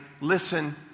listen